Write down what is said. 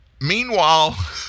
Meanwhile